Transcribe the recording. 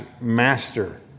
master